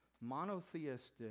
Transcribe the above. monotheistic